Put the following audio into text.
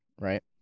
Right